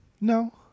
No